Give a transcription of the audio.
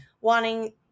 wanting